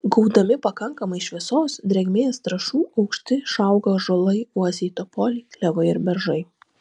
gaudami pakankamai šviesos drėgmės trąšų aukšti išauga ąžuolai uosiai topoliai klevai beržai